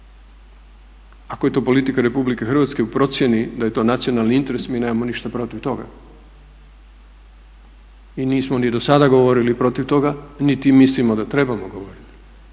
Ako je to politika Republike Hrvatske u procjeni da je to nacionalni interes mi nemamo ništa protiv toga i nismo ni dosada govorili protiv toga niti mislimo da trebamo govoriti.